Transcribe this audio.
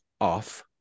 off